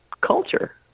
culture